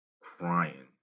crying